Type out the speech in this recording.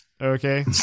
Okay